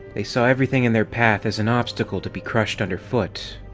they saw everything in their path as an obstacle to be crushed underfoot.